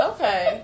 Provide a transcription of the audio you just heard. Okay